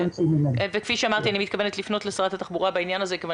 אני מתכוונת לפנות לשרת התחבורה בעניין הזה כיוון